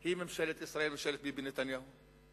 הוא ממשלת ישראל, ממשלת ביבי נתניהו.